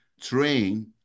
train